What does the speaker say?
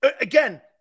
again